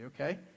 Okay